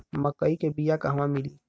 मक्कई के बिया क़हवा मिली?